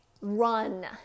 run